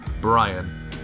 Brian